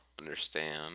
understand